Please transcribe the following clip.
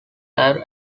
ayr